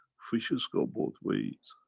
fishes go both ways,